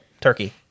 Turkey